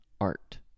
art